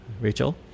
Rachel